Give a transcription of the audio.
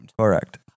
Correct